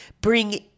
bring